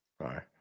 right